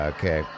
Okay